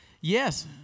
Yes